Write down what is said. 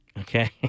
Okay